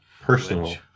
Personal